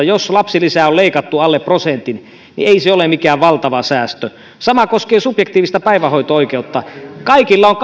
jos lapsilisää on leikattu alle prosentin niin ei se ole mikään valtava säästö sama koskee subjektiivista päivähoito oikeutta kaikilla on